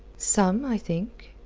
some, i think.